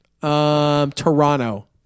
Toronto